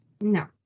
No